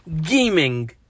gaming